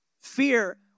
Fear